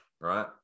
Right